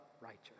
righteous